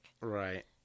Right